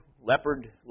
leopard